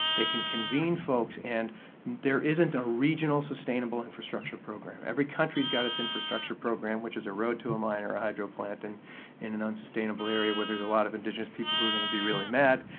they can convene folks. and there isn't a regional sustainable infrastructure program. every country's got its infrastructure program which is a road to a minor hydro plant and in an unsustainable area where there's a lot of indigenous people who are going to be really mad.